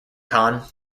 khan